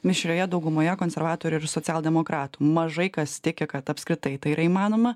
mišrioje daugumoje konservatorių ir socialdemokratų mažai kas tiki kad apskritai tai yra įmanoma